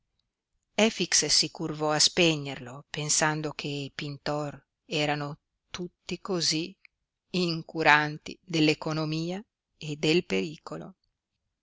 acceso efix si curvò a spegnerlo pensando che i pintor erano tutti cosí incuranti dell'economia e del pericolo